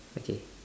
okay